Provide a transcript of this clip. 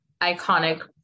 iconic